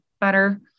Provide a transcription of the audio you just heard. better